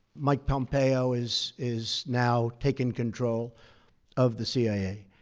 mike pompeo is is now taking control of the cia.